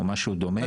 או משהו דומה,